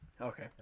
Okay